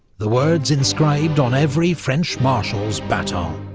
the words inscribed on every french marshal's baton.